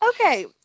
Okay